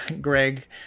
Greg